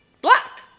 black